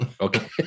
Okay